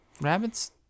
rabbits